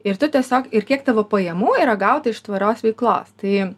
ir tu tiesiog ir kiek tavo pajamų yra gauta iš tvarios veiklos tai